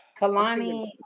Kalani